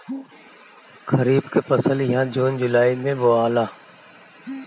खरीफ के फसल इहा जून जुलाई में बोआला